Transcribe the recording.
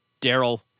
Daryl